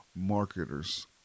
Marketers